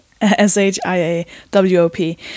S-H-I-A-W-O-P